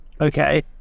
okay